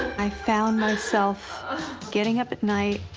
i found myself getting up at night,